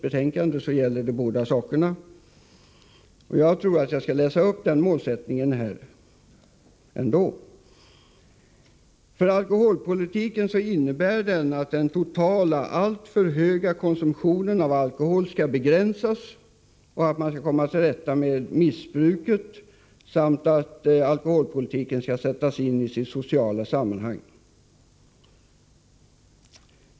Jag skall för säkerhets skull läsa upp den målsättningen: ”Målsättningen för alkoholpolitiken innebär att den totala alltför höga konsumtionen av alkohol skall begränsas, att man skall komma till rätta med alkoholmissbruket samt att alkoholpolitiken skall sättas in i sitt sociala sammanhang.